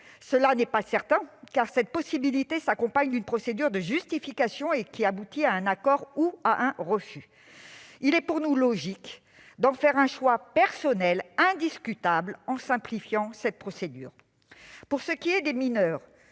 ce n'est pas certain, car cette possibilité s'accompagne d'une procédure de justification susceptible d'aboutir à un refus. Il est à nos yeux logique d'en faire un choix personnel indiscutable en simplifiant cette procédure. Pour ce qui est des mineurs,